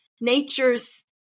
nature's